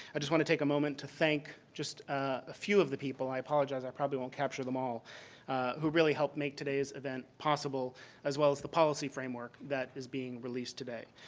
i just want to take a moment to thank just a few of the people i apologize, i probably won't capture them all who really helped make today's event possible as well as the policy framework that is being released today.